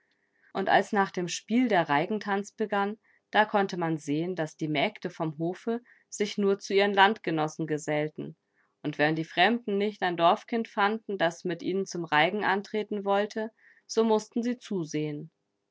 und als nach dem spiel der reigentanz begann da konnte man sehen daß die mägde vom hofe sich nur zu ihren landgenossen gesellten und wenn die fremden nicht ein dorfkind fanden das mit ihnen zum reigen antreten wollte so mußten sie zusehen